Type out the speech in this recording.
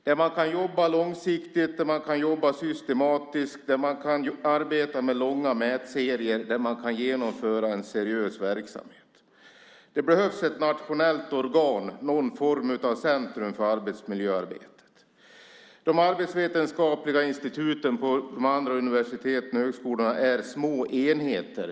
Där kan man arbeta långsiktigt, systematiskt, med långa mätserier och genomföra en seriös verksamhet. Det behövs ett nationellt organ, någon form av centrum, för arbetsmiljöarbetet. De arbetsvetenskapliga instituten på de andra universiteten och högskolorna är små enheter.